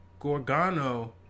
Gorgano